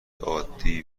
عادی